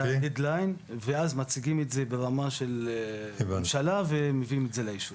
זה הדד-ליין ואז מציגים את זה ברמה של ממשלה ומביאים את זה לאישור.